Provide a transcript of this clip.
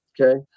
Okay